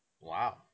Wow